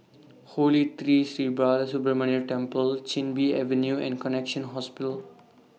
Holy Tree Sri Balasubramaniar Temple Chin Bee Avenue and Connexion Hospital